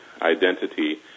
Identity